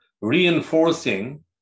reinforcing